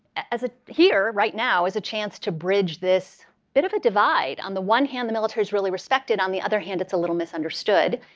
ah here right now as a chance to bridge this bit of a divide. on the one hand, the military is really respected. on the other hand, it's a little misunderstood.